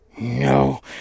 no